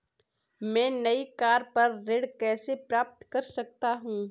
मैं नई कार पर ऋण कैसे प्राप्त कर सकता हूँ?